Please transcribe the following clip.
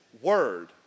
word